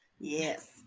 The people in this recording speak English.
Yes